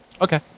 Okay